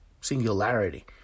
singularity